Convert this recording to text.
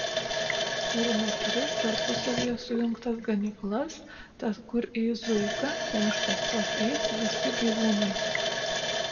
turime tris tarpusavyje sujungtas ganyklas tad kur eis zuika ten iš paskos eis visi gyvūnai